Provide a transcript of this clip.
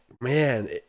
Man